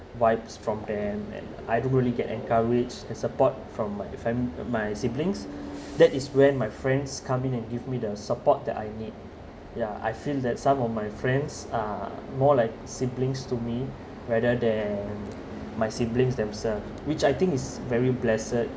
vibes from them and I don't really get encourage and support from my fam~ my siblings that is when my friends come in and give me the support that I need ya I feel that some of my friends are more like siblings to me rather than my siblings themselves which I think is very blessed